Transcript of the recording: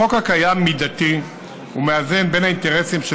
החוק הקיים מידתי ומאזן בין האינטרסים של